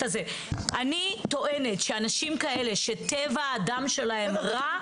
אני טוענת שאנשים כאלה שטבע האדם שלהם רע,